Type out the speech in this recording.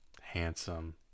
handsome